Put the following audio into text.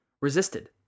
resisted